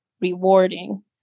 rewarding